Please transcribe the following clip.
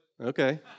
Okay